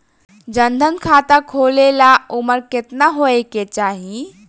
जन धन खाता खोले ला उमर केतना होए के चाही?